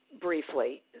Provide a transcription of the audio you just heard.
briefly